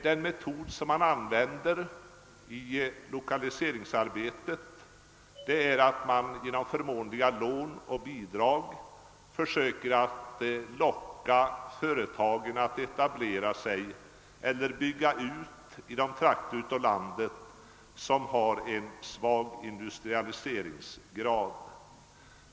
Den metod som man använder i lokaliseringsarbetet är att genom förmånliga lån och bidrag försöka locka företagen att etablera sig eller bygga ut i de trakter av landet som har en svag industrialiseringsgrad.